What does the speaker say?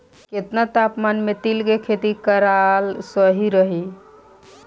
केतना तापमान मे तिल के खेती कराल सही रही?